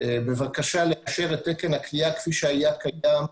בבקשה לאשר את תקן הכליאה כפי שהיה קיים,